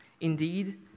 Indeed